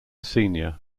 senior